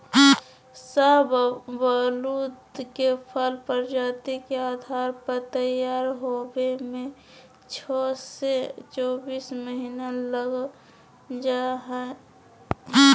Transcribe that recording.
शाहबलूत के फल प्रजाति के आधार पर तैयार होवे में छो से चोबीस महीना लग जा हई